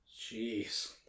Jeez